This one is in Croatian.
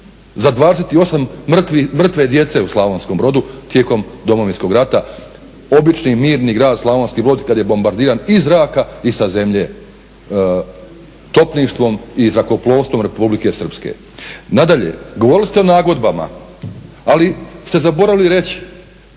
Za 28 mrtve djece u Slavonskom Brodu tijekom Domovinskog rata, obični mirni Grad Slavonski Brod kada je bombardiran iz zraka i sa zemlje, topništvo i zrakoplovstvom Republike Srpske. Nadalje, govorili ste o nagodbama, ali ste zaboravili reći